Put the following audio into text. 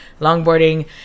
longboarding